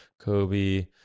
Kobe